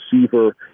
receiver